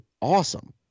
awesome